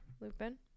Lupin